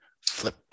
Flip